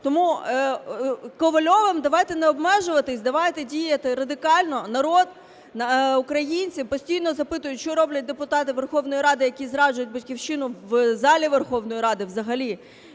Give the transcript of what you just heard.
Тому Ковальовим давайте не обмежуватись, давайте діяти радикально. Народ, українці постійно запитують, що роблять депутати Верховної Ради, які зраджують Батьківщину, в залі Верховної Ради взагалі,